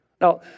Now